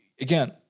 Again